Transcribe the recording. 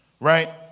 right